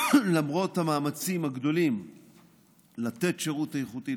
למרות המאמצים הגדולים לתת שירות איכותי,